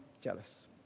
jealous